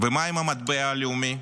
ומה עם המטבע הלאומי?